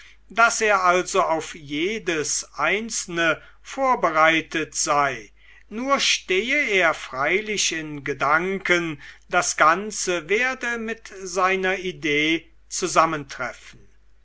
daß er also auf jedes einzelne vorbereitet sei nur stehe er freilich in gedanken das ganze werde mit seiner idee zusammentreffen